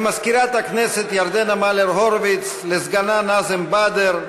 למזכירת הכנסת ירדנה מלר-הורוביץ, לסגנה נאזם בדר,